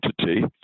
entity